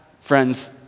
friends